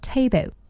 Table